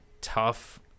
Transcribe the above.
tough